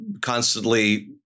constantly